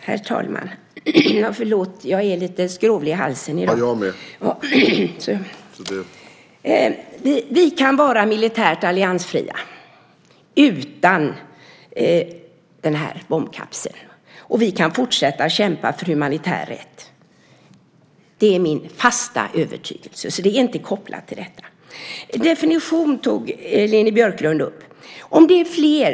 Herr talman! Vi kan vara militärt alliansfria utan den här bombkapseln. Vi kan också fortsätta att kämpa för humanitär rätt. Det är min fasta övertygelse. Det är inte kopplat till detta. Leni Björklund tog upp definitionen.